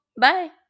bye